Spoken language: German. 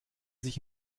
sich